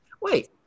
Wait